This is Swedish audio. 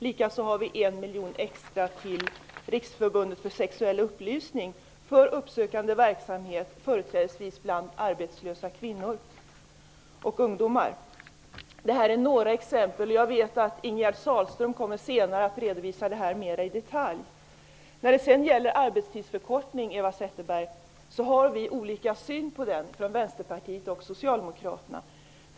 Likaså har vi en miljon extra till Riksförbundet för sexuell upplysning för uppsökande verksamhet, företrädesvis bland arbetslösa kvinnor och ungdomar. Det här är några exempel, och jag vet att Ingegerd Sahlström senare kommer att redovisa det här mer i detalj. När det gäller arbetstidsförkortningen, Eva Zetterberg, har vi olika syn på den i Vänsterpartiet och Socialdemokraterna.